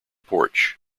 porch